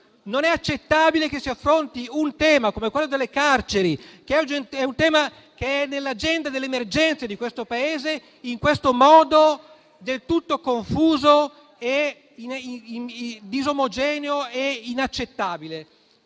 Non è accettabile che si affronti un tema come quello delle carceri, che è nell'agenda delle emergenze di questo Paese, in un modo del tutto confuso e disomogeneo. Crediamo,